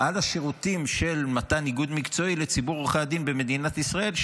על השירותים של מתן איגוד מקצועי לציבור עורכי הדין במדינת ישראל,